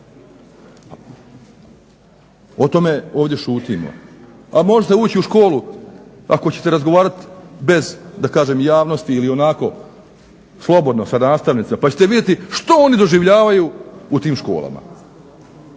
O tome ovdje šutimo, a možete ući u školu ako ćete razgovarati bez da kažem javnosti ili onako slobodno sa nastavnicima pa ćete vidjeti što oni doživljavaju u tim školama.